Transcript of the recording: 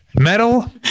metal